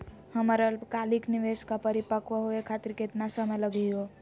हमर अल्पकालिक निवेस क परिपक्व होवे खातिर केतना समय लगही हो?